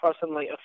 personally